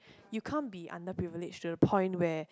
you can't be under privilege to the point where